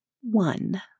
one